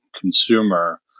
consumer